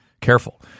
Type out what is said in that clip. careful